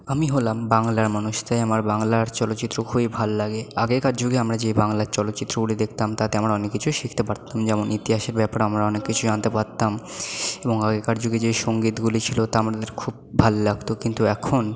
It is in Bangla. আমি হলাম বাংলার মানুষ তাই আমার বাংলার চলচ্চিত্র খুবই ভাল লাগে আগেকার যুগে আমরা যে বাংলার চলচ্চিত্রগুলি দেখতাম তাতে আমরা অনেক কিছুই শিখতে পারতাম যেমন ইতিহাসের ব্যাপারে আমরা অনেক কিছু জানতে পারতাম এবং আগেকার যুগে যে সংগীতগুলি ছিল তা আমাদের খুব ভাল ভাল লাগতো কিন্তু এখন